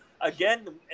again